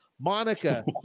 Monica